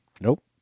Nope